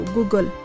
Google